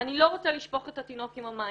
ואני לא רוצה לשפוך את התינוק עם המים,